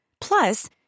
Plus